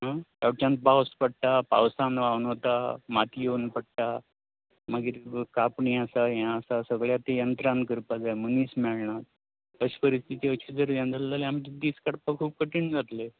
हां ह्या वाटच्यान पावस पडटा पावसान व्हावन वता माती येवन पडटा मागीर कांपणी आसा हें आसा सगळे आता यंत्रा करपाक जाय मनीस मेळणा अशें परिस्थितीन यें जालें जाल्यार आमचे दीस काडपा खूब कठीण जातले